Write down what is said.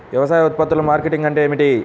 వ్యవసాయ ఉత్పత్తుల మార్కెటింగ్ అంటే ఏమిటి?